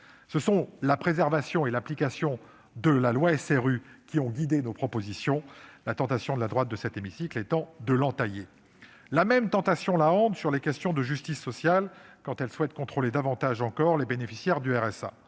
Ce sont la préservation et l'application de la loi SRU qui ont guidé nos propositions, la tentation de la droite de cet hémicycle étant de l'entailler ... La même tentation hante nos collègues à propos des questions de justice sociale, quand ils souhaitent contrôler davantage encore les bénéficiaires du RSA.